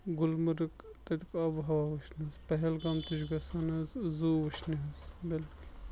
گُلمرگ تَتیُک آبہٕ و ہوا وٕچھنہٕ حظ پہلگام تہِ چھُ گژھان حظ زوٗ وٕچھنہِ حظ بِلکُل